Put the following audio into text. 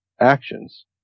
actions